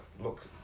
look